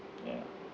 ya